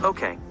Okay